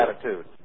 attitude